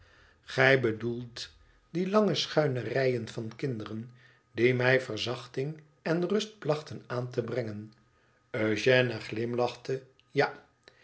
gij bedoelt die lange schuine reien van kinderen die mij verzachtmg en rust plachten aan te brengen eugène glimlachte ja